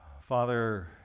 Father